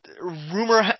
rumor